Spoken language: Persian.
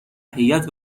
هیات